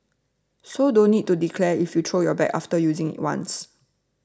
so don't need to declare if you throw your bag after using it once